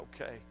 okay